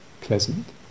pleasant